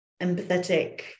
empathetic